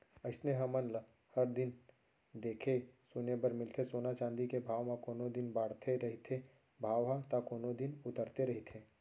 अइसने हमन ल हर दिन देखे सुने बर मिलथे सोना चाँदी के भाव म कोनो दिन बाड़हे रहिथे भाव ह ता कोनो दिन उतरे रहिथे